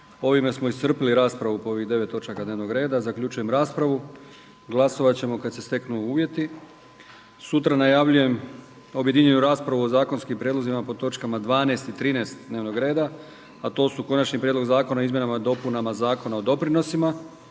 Ovime smo iscrpili raspravu po ovih 9 točaka dnevnog reda. Zaključujem raspravu. Glasovat ćemo kad se steknu uvjeti. Sutra najavljujem objedinjenu raspravu o zakonskim prijedlozima po točkama 12. i 13. dnevnog reda, a to su konačni prijedlog Zakona o izmjenama i dopunama Zakona o doprinosima,